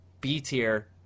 B-tier